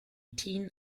teen